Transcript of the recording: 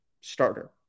starter